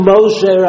Moshe